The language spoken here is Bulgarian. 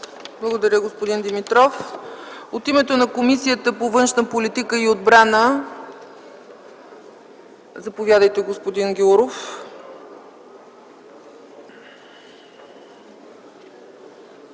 Благодаря, господин Димитров. От името на Комисията по външна политика и отбрана има думата господин Гяуров.